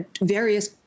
various